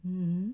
mmhmm